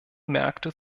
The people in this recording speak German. märkte